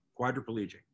quadriplegic